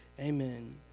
Amen